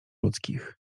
ludzkich